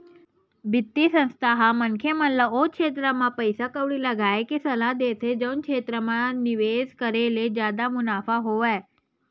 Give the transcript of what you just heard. बित्तीय संस्था ह मनखे मन ल ओ छेत्र म पइसा कउड़ी लगाय के सलाह देथे जउन क्षेत्र म निवेस करे ले जादा मुनाफा होवय